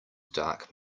dark